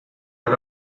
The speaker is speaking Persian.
حال